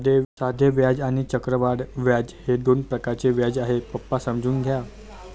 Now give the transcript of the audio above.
साधे व्याज आणि चक्रवाढ व्याज हे दोन प्रकारचे व्याज आहे, पप्पा समजून घ्या